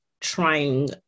trying